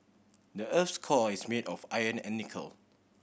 the earth's core is made of iron and nickel